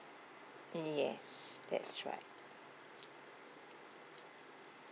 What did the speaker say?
yes that's right